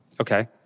Okay